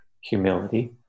humility